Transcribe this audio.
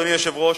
אדוני היושב-ראש,